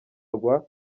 rwa